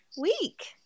week